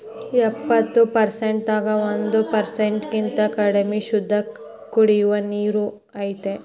ಎಪ್ಪತ್ತು ಪರಸೆಂಟ್ ದಾಗ ಒಂದ ಪರಸೆಂಟ್ ಕಿಂತ ಕಡಮಿ ಶುದ್ದ ಕುಡಿಯು ನೇರ ಐತಿ